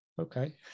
Okay